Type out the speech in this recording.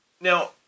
Now